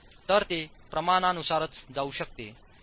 तर ते प्रमाणानुसारच जाऊ शकते 0